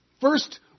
first